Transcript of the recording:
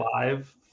live